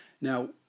Now